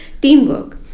teamwork